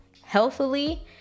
healthily